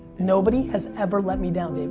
nobody has ever let me down.